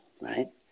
right